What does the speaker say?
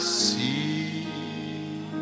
see